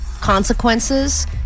consequences